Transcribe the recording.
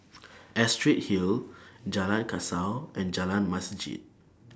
Astrid Hill Jalan Kasau and Jalan Masjid